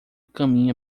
caminha